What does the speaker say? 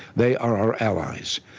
they are our allies.